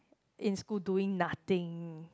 in school doing nothing